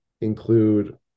include